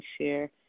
share